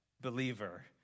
believer